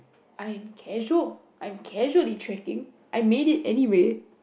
I am casual I'm casually tracking I make it anyway